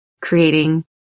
creating